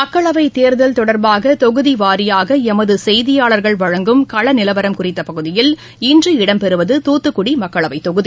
மக்களவைத் தேர்தல் தொடர்பாகதொகுதிவாரியாகளமதுசெய்தியாளர்கள் வழங்கும் களநிலவரம் குறித்தபகுதியில் இன்று இடம்பெறுவது தூத்துக்குடிமக்களவைத் தொகுதி